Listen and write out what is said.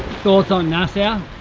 thoughts on nassau? yeah